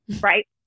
Right